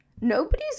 nobody's